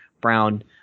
Brown